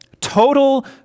total